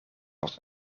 was